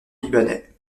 libanais